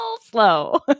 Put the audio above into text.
slow